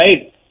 right